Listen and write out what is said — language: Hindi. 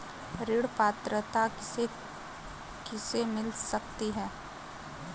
ऋण पात्रता किसे किसे मिल सकती है?